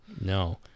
No